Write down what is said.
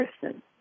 person